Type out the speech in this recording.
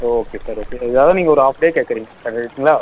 okay sir okay அதாவது நீங்கள் ஒரு ஆஃப் டே கேட்குறீங்க கரெக்ட்டுங்களா